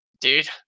Dude